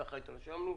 ככה התרשמנו,